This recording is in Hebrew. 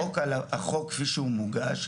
כי החוק כפי שהוא מוגש,